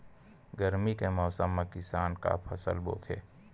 गरमी के मौसम मा किसान का फसल बोथे?